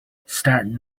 starting